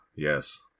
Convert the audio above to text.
Yes